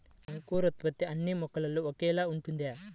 అంకురోత్పత్తి అన్నీ మొక్కలో ఒకేలా ఉంటుందా?